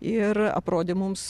ir aprodė mums